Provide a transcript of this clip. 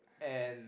and